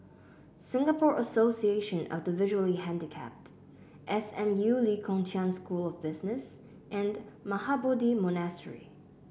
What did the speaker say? Singapore Association of the Visually Handicapped S M U Lee Kong Chian School of Business and Mahabodhi Monastery